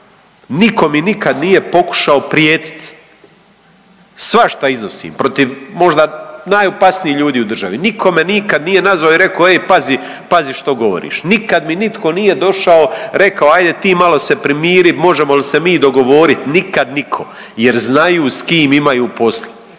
Nitko mi nikada nije pokušao prijetiti, svašta iznosim protiv možda najopasnijih ljudi u državi, nitko me nikad nije nazvao i rekao ej pazi, pazi što govoriš, nikad mi nitko nije došao ajde ti malo se primiri možemo li se mi dogovoriti nikad nitko jer znaju s kim imaju posla.